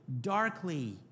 darkly